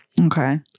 Okay